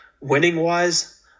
winning-wise